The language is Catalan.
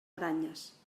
aranyes